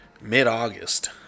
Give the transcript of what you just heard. mid-August